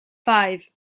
five